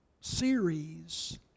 series